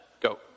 go